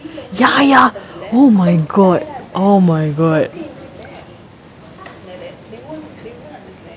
ya ya oh my god oh my god